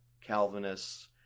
Calvinists